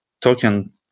token